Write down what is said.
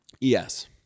Yes